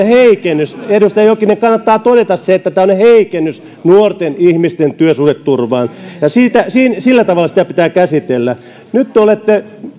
heikennys edustaja jokinen kannattaa todeta se että tämä on heikennys nuorten ihmisten työsuhdeturvaan ja sillä tavalla sitä pitää käsitellä nyt te olette